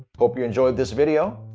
hope you enjoyed this video.